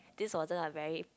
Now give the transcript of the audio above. this wasn't a very